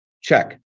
Check